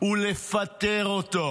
ולפטר אותו.